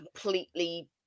completely